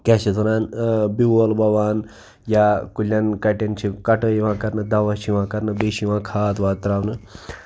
کیٛاہ چھِ اَتھ وَنان بیول وَوان یا کُلٮ۪ن کَٹٮ۪ن چھِ کَٹٲے یِوان کَرنہٕ دَوا چھِ یِوان کَرنہٕ بیٚیہِ چھِ یِوان کھاد واد ترٛاونہٕ